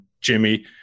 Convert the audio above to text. Jimmy